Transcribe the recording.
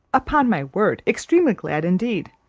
upon my word extremely glad indeed.